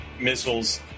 missiles